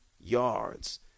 yards